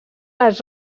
les